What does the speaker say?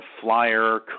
Flyer